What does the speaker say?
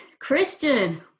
Christian